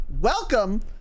Welcome